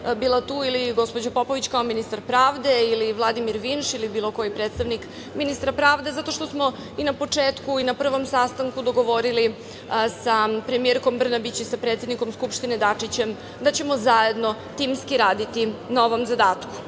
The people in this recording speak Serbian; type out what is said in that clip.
bila tu ili gospođa Popović kao ministar pravde ili Vladimir Vinš ili bilo koji predstavnik ministra pravde, zato što smo i na početku i na prvom sastanku dogovorili sa premijerkom Brnabić i sa predsednikom Skupštine Dačićem da ćemo zajedno, timski raditi na ovom zadatku.